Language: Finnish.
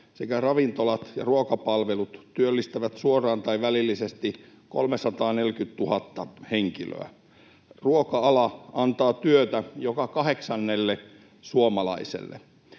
sekä ravintolat ja ruokapalvelut, työllistää suoraan tai välillisesti 340 000 henkilöä. Ruoka-ala antaa työtä joka kahdeksannelle suomalaiselle.